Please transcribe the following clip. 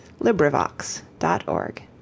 LibriVox.org